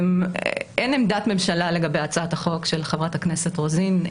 אין עמדת ממשלה לגבי הצעת החוק של חברת הכנסת רוזין.